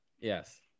Yes